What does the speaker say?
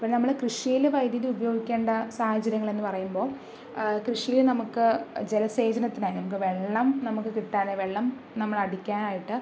അപ്പോൾ നമ്മള് കൃഷിയിൽ വൈദ്യുതി ഉപയോഗിക്കേണ്ട സാഹചര്യങ്ങളെന്ന് പറയുമ്പോൾ കൃഷിയിൽ നമുക്ക് ജലസേചനത്തിനായി നമുക്ക് വെള്ളം നമുക്ക് കിട്ടാൻ വെള്ളം നമ്മള് അടിക്കാനായിട്ട്